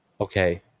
Okay